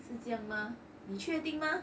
是这样吗确定吗